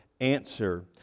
answer